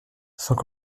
sans